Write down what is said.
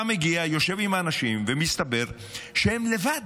אתה מגיע, יושב עם האנשים, ומסתבר שהם לבד.